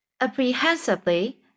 apprehensively